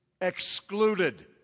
excluded